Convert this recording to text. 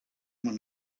one